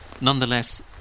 Nonetheless